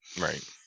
right